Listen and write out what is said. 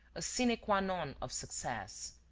a sine qua non of success.